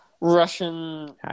Russian